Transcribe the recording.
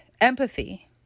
Empathy